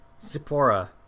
Zippora